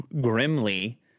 grimly